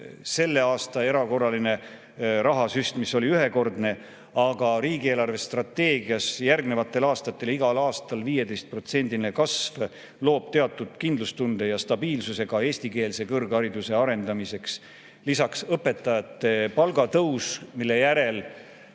selle aasta erakorraline rahasüst oli ühekordne, aga riigi eelarvestrateegias on järgnevatel aastatel, igal aastal ette nähtud 15%‑line kasv, mis loob teatud kindlustunde ja stabiilsuse ka eestikeelse kõrghariduse arendamiseks. Lisaks õpetajate palga tõus, mille järel